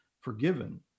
forgiven